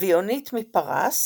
גביעונית מפרס